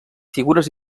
figures